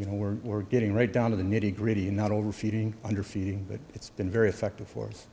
you know we're we're getting right down to the nitty gritty and not over feeding underfeeding but it's been very effective force